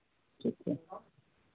ठीक है